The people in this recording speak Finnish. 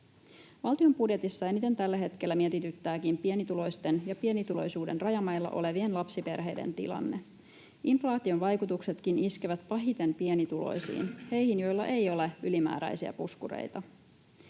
Valtion budjetissa eniten tällä hetkellä mietityttääkin pienituloisten ja pienituloisuuden rajamailla olevien lapsiperheiden tilanne. Inflaation vaikutuksetkin iskevät pahiten pienituloisiin, heihin, joilla ei ole ylimääräisiä puskureita.